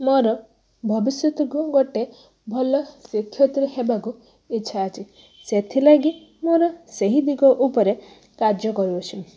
ମୋର ଭବିଷ୍ୟତକୁ ଗୋଟେ ଭଲ ଶିକ୍ଷୟିତ୍ରୀ ହେବାକୁ ଇଚ୍ଛା ଅଛି ସେଥିଲାଗି ମୋର ସେହି ଦିଗ ଉପରେ କାର୍ଯ୍ୟ କରୁଅଛି